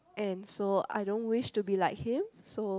and so I don't wish to be like him so